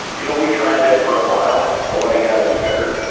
you know we tried that for a while, nobody got any better,